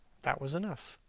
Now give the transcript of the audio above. that was enough.